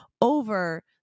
over